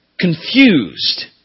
confused